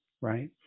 right